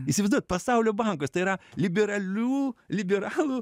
įsivaizduojat pasaulio bankas tai yra liberalių liberalų